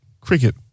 cricket